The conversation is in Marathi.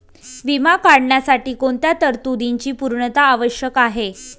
विमा काढण्यासाठी कोणत्या तरतूदींची पूर्णता आवश्यक आहे?